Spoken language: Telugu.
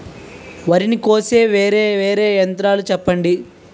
వరి ని కోసే వేరా వేరా యంత్రాలు చెప్పండి?